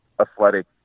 athletic